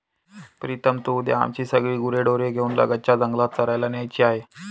प्रीतम तू उद्या आमची सगळी गुरेढोरे घेऊन लगतच्या जंगलात चरायला न्यायची आहेत